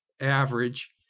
average